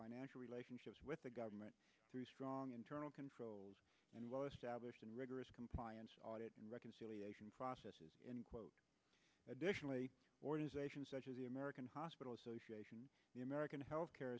financial relationships with the government through strong internal controls and well established and rigorous compliance audit reconciliation process is additionally organizations such as the american hospital association the american health